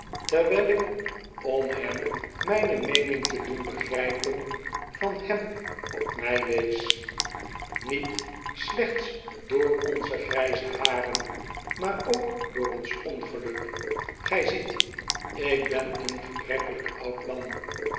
terwijl ik om hem myne meening te doen begrypen vfin hem op my wees niet slechts door onze gryze haren maar ook door ons ongeluk gry ziet ikben een gebrekkelijk oud man